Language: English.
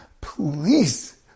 please